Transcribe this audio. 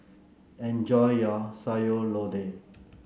enjoy your Sayur Lodeh